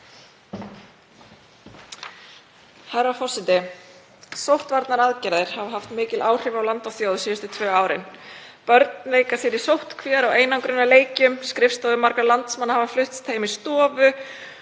Herra forseti. Sóttvarnaaðgerðir hafa haft mikil áhrif á land og þjóð síðustu tvö árin. Börn leika sér í sóttkvíar- og einangrunarleikjum, skrifstofur margra landsmanna hafa flust heim í stofu